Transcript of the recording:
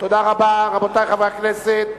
תודה רבה, חברי הכנסת.